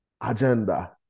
agenda